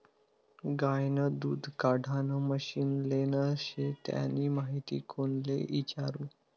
गायनं दूध काढानं मशीन लेनं शे त्यानी माहिती कोणले इचारु?